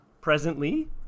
presently